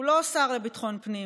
הוא לא שר לביטחון הפנים,